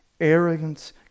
arrogance